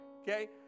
Okay